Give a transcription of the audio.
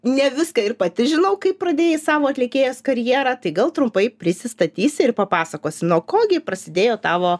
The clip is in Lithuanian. ne viską ir pati žinau kaip pradėjai savo atlikėjos karjerą tai gal trumpai prisistatysi ir papasakosi nuo ko gi prasidėjo tavo